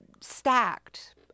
stacked